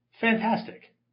Fantastic